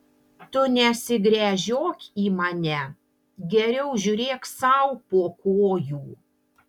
tu nesigręžiok į mane geriau žiūrėk sau po kojų